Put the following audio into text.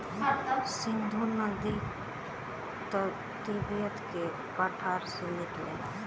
सिन्धु नदी तिब्बत के पठार से निकलेला